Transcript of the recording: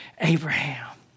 Abraham